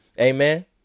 amen